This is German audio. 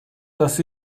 dass